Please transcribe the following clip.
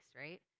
right